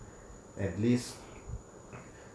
at least